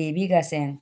ৰিবি গাচেং